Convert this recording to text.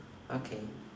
okay